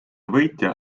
võitja